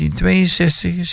1962